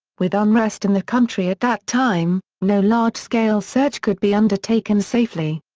with unrest in the country at that time, no large-scale search could be undertaken safely.